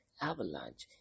avalanche